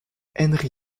henry